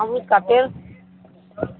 امرود کاپیڑ